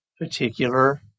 particular